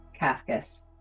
Kafkas